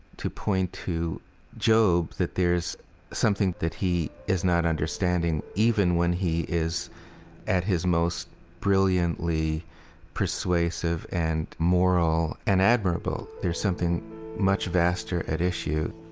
to point to job that there's something that he is not understanding even when he is at his most brilliantly persuasive and moral and admirable. there's something much vaster at issue